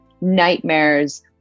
nightmares